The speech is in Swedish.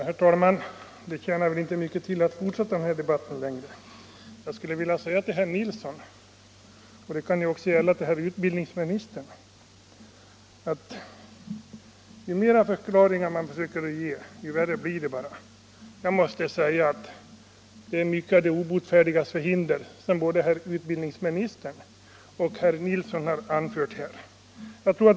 Herr talman! Det tjänar inte mycket till att fortsätta den här debatten längre. Jag skulle vilja säga till herr Nilsson i Norrköping, och det kan även gälla utbildningsministern, att ju flera förklaringar man försöker lämna, desto värre blir det. Jag måste säga att det är mycket av de obotfärdigas förhinder som både herr utbildningsministern och herr Nilsson har anfört här.